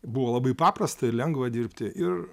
buvo labai paprasta ir lengva dirbti ir